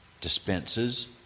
dispenses